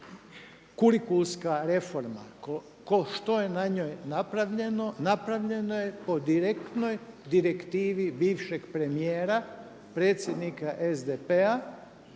kurikulska reforma što je na njoj napravljeno, napravljeno je po direktnoj direktivi bivšeg premijera, predsjednika SDP-a